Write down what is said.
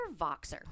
Voxer